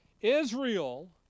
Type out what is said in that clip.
Israel